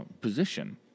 position